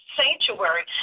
sanctuary